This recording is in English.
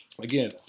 Again